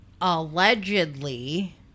allegedly